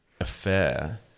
affair